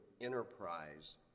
enterprise